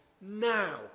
now